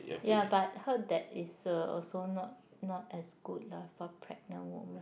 ya but heard that is uh also not not as good lah for pregnant women